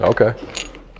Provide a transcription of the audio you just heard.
Okay